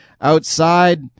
outside